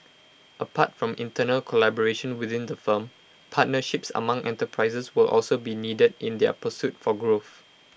apart from internal collaboration within the firm partnerships among enterprises will also be needed in their pursuit for growth